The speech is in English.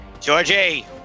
Georgie